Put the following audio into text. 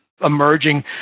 emerging